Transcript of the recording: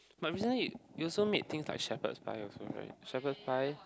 but recently you also made things like Shepard's pie also right Shepard's pie